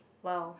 !wow!